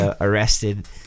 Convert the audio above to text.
arrested